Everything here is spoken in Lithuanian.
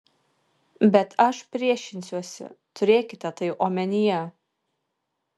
bet aš priešinsiuosi turėkite tai omenyje